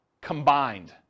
combined